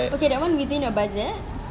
okay that [one] within your budget